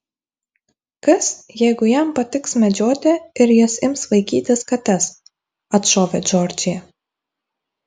kas jeigu jam patiks medžioti ir jis ims vaikytis kates atšovė džordžija